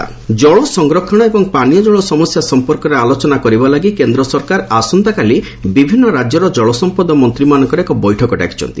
centre water meeting ଜଳ ସଂରକ୍ଷଣ ଏବଂ ପାନୀୟ ଜଳ ସମସ୍ୟା ସମ୍ପର୍କରେ ଆଲୋଚନା କରିବା ଲାଗି କେନ୍ଦ୍ର ସରକାର ଆସନ୍ତାକାଲି ବିଭିନ୍ନ ରାଜ୍ୟର ଜଳସମ୍ପଦ ମନ୍ତ୍ରୀମାନଙ୍କର ଏକ ବୈଠକ ଡାକିଛନ୍ତି